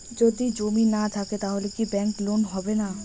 যদি জমি না থাকে তাহলে কি ব্যাংক লোন হবে না?